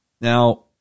now